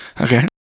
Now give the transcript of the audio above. Okay